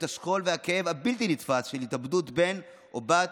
השכול והכאב הבלתי-נתפס של התאבדות בן או בת,